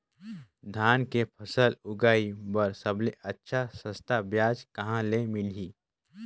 धान के फसल उगाई बार सबले अच्छा सस्ता ब्याज कहा ले मिलही?